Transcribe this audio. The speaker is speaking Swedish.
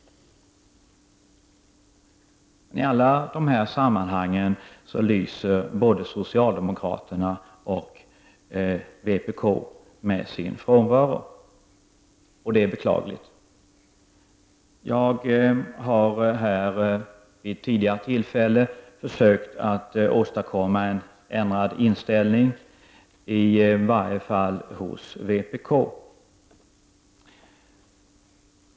I alla dessa sammanhang lyser både socialdemokraterna och vpk med sin frånvaro, och det är beklagligt. Jag har här vid tidigare tillfällen försökt åstadkomma en ändrad inställning, i varje fall hos vpk.